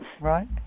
right